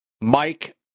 Mike